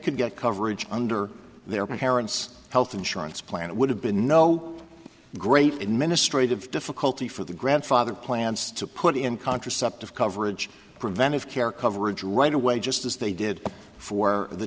could get coverage under their parents health insurance plan it would have been no great administrative difficulty for the grandfather plans to put in contraceptive coverage preventive care coverage right away just as they did for the